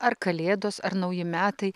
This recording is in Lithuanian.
ar kalėdos ar nauji metai